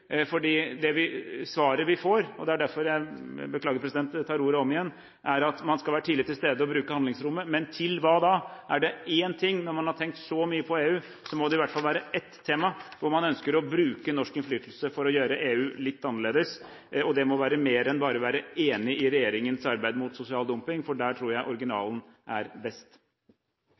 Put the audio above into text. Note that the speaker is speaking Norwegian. Svaret vi får – og jeg beklager, president, men det er derfor jeg tar ordet igjen – er at man skal være tidlig til stede og bruke handlingsrommet, men til hva da? Er det én ting? Når man har tenkt så mye på EU, må det i hvert fall være ett tema hvor man ønsker å bruke norsk innflytelse til å gjøre EU litt annerledes, og det må være mer enn bare å være enig i regjeringens arbeid mot sosial dumping, for der tror jeg originalen er best.